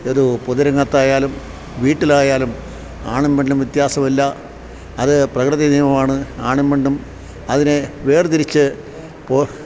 പൊതുരംഗത്തായാലും വീട്ടിലായാലും ആണും പെണ്ണും വ്യത്യാസമില്ല അത് പ്രകൃതിനിയമമാണ് ആണും പെണ്ണും അതിനെ വേർതിരിച്ച്